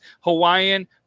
Hawaiian